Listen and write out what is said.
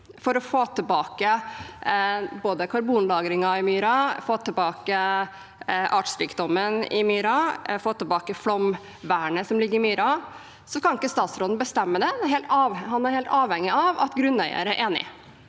for å få tilbake både karbonlagringen i myra, artsrikdommen i myra, flomvernet som ligger i myra, så kan ikke statsråden bestemme det. Han er helt avhengig av at grunneier er enig.